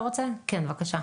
בבקשה.